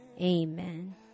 Amen